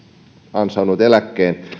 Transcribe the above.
ansainnut eläkkeen